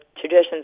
traditions